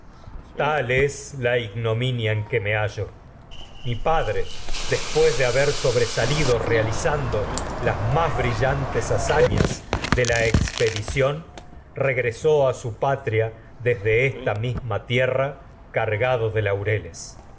tal ignominia en que me ber es la hallo mi padre después de ha las más sobresalido la realizando brillantes hazañas de expedición regresó a su patria desde esta mis ma tierra cargado de laureles